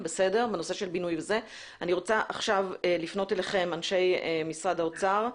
אני רוצה לפנות לאנשי משרד האוצר,